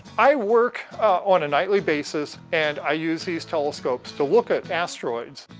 i work on a nightly basis and i use these telescopes to look at asteroids.